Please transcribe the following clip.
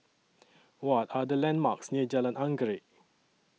What Are The landmarks near Jalan Anggerek